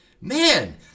man